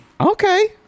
Okay